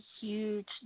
huge